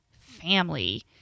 family